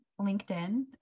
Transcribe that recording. linkedin